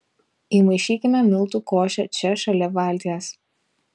įmaišykime miltų košę čia šalia valties